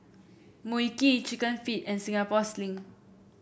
Mui Kee chicken feet and Singapore Sling